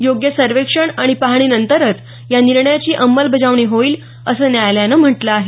योग्य सर्वेक्षण आणि पाहणीनंतरच या निर्णयाची अंमलबजावणी होईल असं न्यायालयानं म्हटल आहे